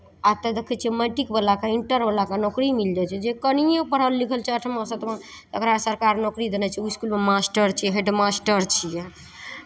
एतय देखै छियै मैट्रिकवलाके इंटरवलाके नौकरी मिल जाइ छै जे कनियो पढ़ल लिखल छै आठमा सातमा ओकरा सरकार नौकरी देने छै ओ इसकुलमे मास्टर छै हैड मास्टर छियै